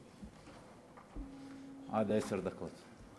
עד עשר דקות.